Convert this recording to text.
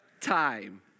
time